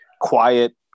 quiet